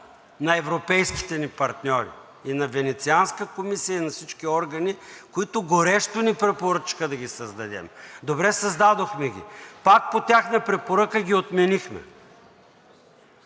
на европейските ни партньори – и на Венецианска комисия, и на всички органи, които горещо ни препоръчаха да ги създадем. Добре, създадохме ги, пак по тяхна препоръка ги отменихме.